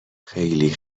خیلی